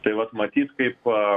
tai vat matyt kaip